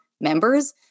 members